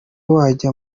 wajya